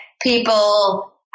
people